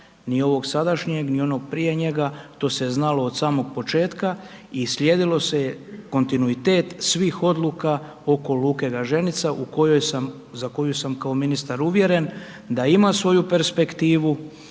ni ovog sadašnjeg, ni onog prije njega, to se znalo od samog početka i slijedilo se kontinuitet svih odluka oko luke Gaženica u kojoj sam za koju sam kao ministar uvjeren da ima svoju perspektivu